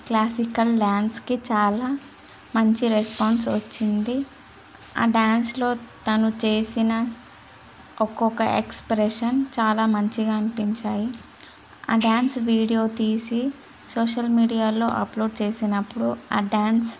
classical డ్యాన్స్కి చాలా మంచి రెస్పాన్స్ వచ్చింది ఆ డ్యాన్స్లో తను చేసిన ఒకొక్క ఎక్స్ప్రెషన్ చాలా మంచిగా అనిపించాయి ఆ డ్యాన్స్ వీడియో తీసి సోషల్ మీడియాలో అప్లోడ్ చేసినప్పుడు ఆ డ్యాన్స్